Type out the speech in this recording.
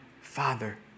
Father